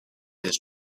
his